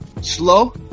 slow